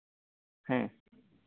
ᱦᱮᱸ